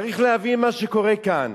צריך להבין מה שקורה כאן.